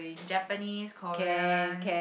Japanese Korean